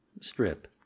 Strip